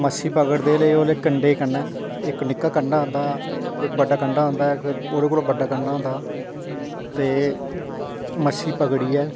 मच्छी पकड़दे रेह् कंडै कन्नै इक्क निक्का कंडा होंदा इक्क बड्डा कंडा होंदा ओह्दे कोला बड्डा कंडा होंदा ते मच्छी पकड़ियै